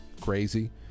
crazy